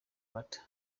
panther